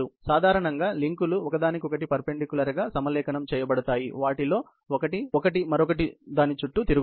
సాధారణంగా లింకులు ఒకదానికొకటి పెర్ఫెన్దిక్యూలర్ గా సమలేఖనం చేయబడతాయి మరియు వాటిలో ఒకటి మరొకటి చుట్టూ తిరుగుతుంది